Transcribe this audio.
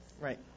Right